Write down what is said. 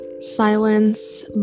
silence